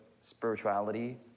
spirituality